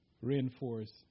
reinforce